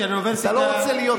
אתה לא רוצה להיות ראשון המורחקים.